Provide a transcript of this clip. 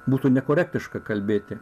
būtų nekorektiška kalbėti